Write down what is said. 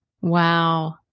Wow